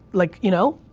like, you know?